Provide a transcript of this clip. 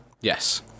Yes